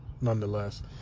nonetheless